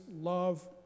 love